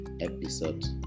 episode